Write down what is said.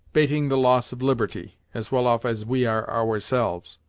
bating the loss of liberty, as well off as we are ourselves.